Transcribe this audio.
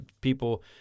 people